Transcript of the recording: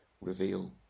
reveal